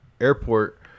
Airport